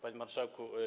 Panie Marszałku!